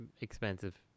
expensive